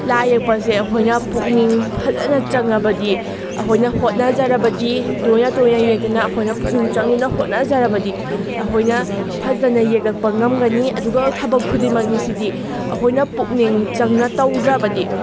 ꯂꯥꯏ ꯌꯦꯛꯄ ꯑꯁꯦ ꯑꯩꯈꯣꯏꯅ ꯄꯨꯛꯅꯤꯡ ꯐꯖꯅ ꯆꯪꯉꯕꯗꯤ ꯑꯩꯈꯣꯏꯅ ꯍꯣꯠꯅꯖꯔꯕꯗꯤ ꯇꯣꯏꯅ ꯇꯣꯏꯅ ꯌꯦꯛꯇꯨꯅ ꯑꯩꯈꯣꯏꯅ ꯄꯨꯛꯅꯤꯡ ꯆꯪꯅ ꯍꯣꯠꯅꯖꯔꯕꯗꯤ ꯑꯩꯈꯣꯏꯅ ꯐꯖꯅ ꯌꯦꯛꯂꯛꯄ ꯉꯝꯒꯅꯤ ꯑꯗꯨꯒ ꯊꯕꯛ ꯈꯨꯗꯤꯡꯃꯛꯅꯤ ꯁꯤꯗꯤ ꯑꯩꯈꯣꯏꯅ ꯄꯨꯛꯅꯤꯡ ꯆꯪꯅ ꯇꯧꯗ꯭ꯔꯕꯗꯤ